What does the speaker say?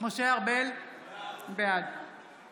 משה ארבל, בעד